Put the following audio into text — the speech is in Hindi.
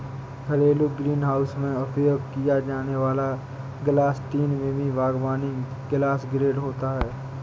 घरेलू ग्रीनहाउस में उपयोग किया जाने वाला ग्लास तीन मिमी बागवानी ग्लास ग्रेड होता है